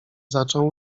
zaczął